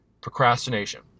procrastination